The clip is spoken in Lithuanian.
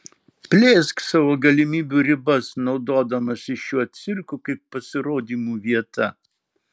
plėsk savo galimybių ribas naudodamasi šiuo cirku kaip pasirodymų vieta